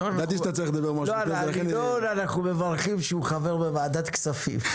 אנו מברכים שהוא חבר בוועדת כספים,